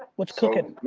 what's cooking?